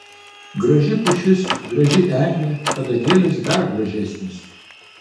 graži pušis graži eglė kadagėlis dar gražesnis